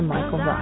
Michael